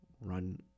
run